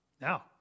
Now